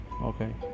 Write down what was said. Okay